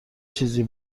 چیزی